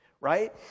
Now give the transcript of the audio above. Right